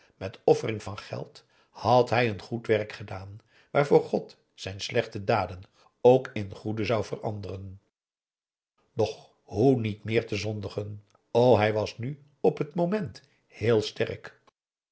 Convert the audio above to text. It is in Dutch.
met opoffering van geld had hij een goed werk gedaan waarvoor god zijn slechte daden ook in goede zou veranderen doch hoe niet meer te zondigen o hij was nu op t moment heel sterk